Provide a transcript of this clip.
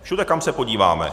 Všude, kam se podíváme.